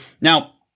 now